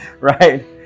Right